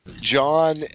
John